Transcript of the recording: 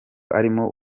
arimo